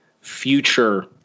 future